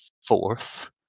fourth